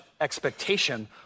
expectation